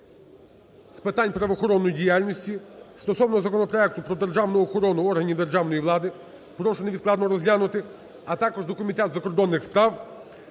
з питань правоохоронної діяльності стосовно законопроекту про державну охорону органів державної влади. Прошу невідкладно розглянути. А також до Комітету закордонних справ